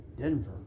Denver